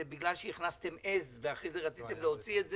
זה בגלל שהכנסתם עז ואחרי זה רציתם להוציא את זה,